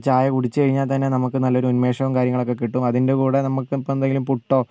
ചായ കുടിച്ച് കഴിഞ്ഞാൽ തന്നെ നമുക്ക് നല്ലൊരു ഉൻമേഷം കാര്യങ്ങളൊക്കെ കിട്ടും അതിൻ്റെ കൂടെ നമുക്ക് ഇപ്പമെന്തെങ്കിലും പുട്ട്